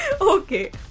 Okay